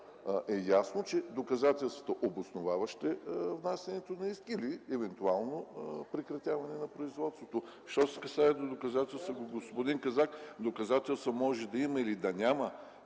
е ясно, че доказателствата, обосноваващи внасянето на иск или евентуалното прекратяване на производството. Що се касае до доказателствата, господин Казак, доказателства може да има или да няма,